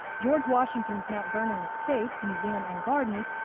george washington's mount vernon estate, museum and gardens,